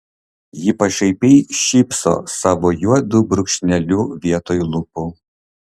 ji pašaipiai šypso savo juodu brūkšneliu vietoj lūpų